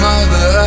Mother